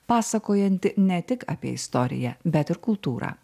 pasakojanti ne tik apie istoriją bet ir kultūrą